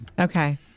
okay